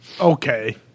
Okay